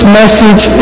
message